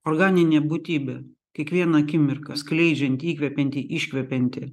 organinė būtybė kiekvieną akimirką skleidžianti įkvepianti iškvepianti